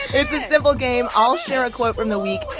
it's a simple game. i'll share a quote from the week.